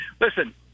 listen